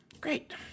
Great